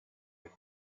his